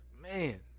man